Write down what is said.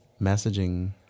messaging